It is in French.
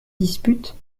disputes